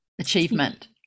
achievement